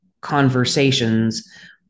conversations